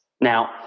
Now